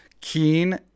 keen